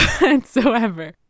whatsoever